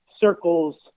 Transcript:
circles